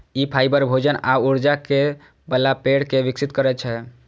ई fibre, भोजन आ ऊर्जा दै बला पेड़ कें विकसित करै छै